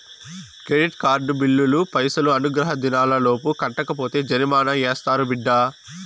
credit card బిల్లులు పైసలు అనుగ్రహ దినాలలోపు కట్టకపోతే జరిమానా యాస్తారు బిడ్డా